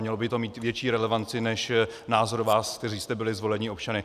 On by měl mít větší relevanci než názor vás, kteří jste byli zvoleni občany.